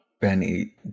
Benny